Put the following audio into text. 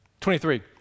23